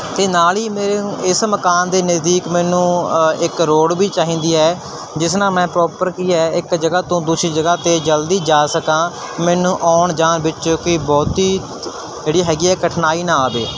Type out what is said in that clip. ਅਤੇ ਨਾਲ ਹੀ ਮੇਰੇ ਇਸ ਮਕਾਨ ਦੇ ਨਜ਼ਦੀਕ ਮੈਨੂੰ ਇੱਕ ਰੋਡ ਵੀ ਚਾਹੀਦੀ ਹੈ ਜਿਸ ਨਾਲ ਮੈਂ ਪ੍ਰੋਪਰ ਕੀ ਹੈ ਇੱਕ ਜਗ੍ਹਾ ਤੋਂ ਦੂਸਰੀ ਜਗ੍ਹਾ 'ਤੇ ਜਲਦੀ ਜਾ ਸਕਾਂ ਮੈਨੂੰ ਆਉਣ ਜਾਣ ਵਿੱਚ ਕੋਈ ਬਹੁਤੀ ਜਿਹੜੀ ਹੈਗੀ ਆ ਕਠਿਨਾਈ ਨਾ ਆਵੇ